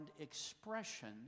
expression